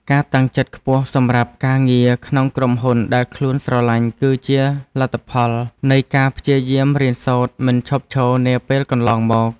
ការតាំងចិត្តខ្ពស់សម្រាប់ការងារក្នុងក្រុមហ៊ុនដែលខ្លួនស្រឡាញ់គឺជាលទ្ធផលនៃការព្យាយាមរៀនសូត្រមិនឈប់ឈរនាពេលកន្លងមក។